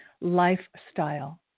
lifestyle